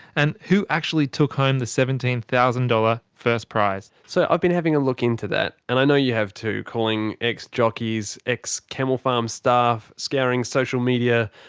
and who actually took home the seventeen thousand dollars first prize? so i've been having a look into that. and i know you have too. calling ex-jockeys, ex-camel farm staff, scouring social media,